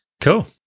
cool